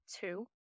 two